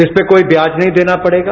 इस पर कोई ब्याज नहीं देना पड़ेगा